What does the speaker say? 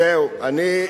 זהו, אני,